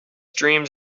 dreams